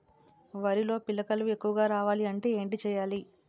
వరిలో పిలకలు ఎక్కువుగా రావాలి అంటే ఏంటి చేయాలి?